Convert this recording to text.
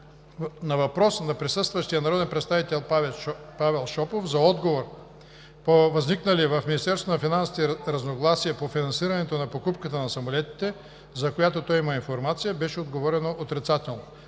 На въпрос на присъстващия народен представител Павел Шопов за отговор по възникнали в Министерството на финансите разногласия по финансирането на покупката на самолетите, за която той има информация, беше отговорено отрицателно.